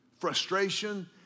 frustration